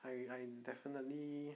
I I definitely